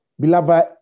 Beloved